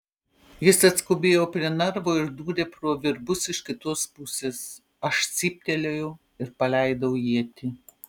jis atskubėjo prie narvo ir dūrė pro virbus iš kitos pusės aš cyptelėjau ir paleidau ietį